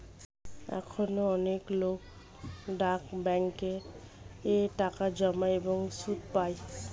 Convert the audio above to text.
এখনো অনেক লোক ডাক ব্যাংকিং এ টাকা জমায় এবং সুদ পায়